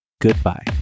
Goodbye